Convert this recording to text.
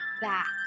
back